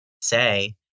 say